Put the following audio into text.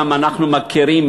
גם אנחנו מכירים,